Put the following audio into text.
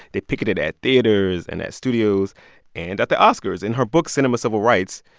they picketed at theaters and at studios and at the oscars. in her book cinema civil rights,